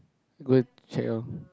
go and check lor